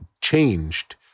changed